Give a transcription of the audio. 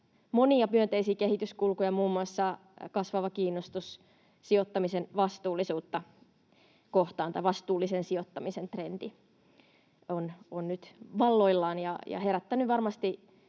monia myönteisiä kehityskulkuja, muun muassa kasvava kiinnostus sijoittamisen vastuullisuutta kohtaan — vastuullisen sijoittamisen trendi on nyt valloillaan — ja tämä